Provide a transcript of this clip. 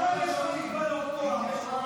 אתה, יש לך מגבלות כוח.